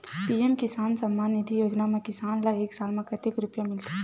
PM किसान सम्मान निधी योजना म किसान ल एक साल म कतेक रुपिया मिलथे?